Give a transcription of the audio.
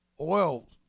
oil